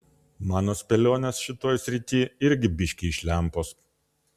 mano spėlionės šitoj srity irgi biškį iš lempos